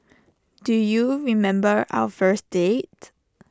do you remember our first date